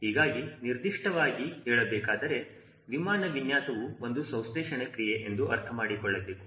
ಹಾಗೂ ನಿರ್ದಿಷ್ಟವಾಗಿ ಹೇಳಬೇಕಾದರೆ ವಿಮಾನ ವಿನ್ಯಾಸವು ಒಂದು ಸಂಶ್ಲೇಷಣ ಕ್ರಿಯೆ ಎಂದು ಅರ್ಥ ಮಾಡಿಕೊಳ್ಳಬೇಕು